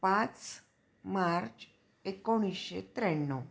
पाच मार्च एकोणीशे त्र्याण्णव